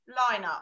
lineup